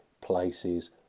places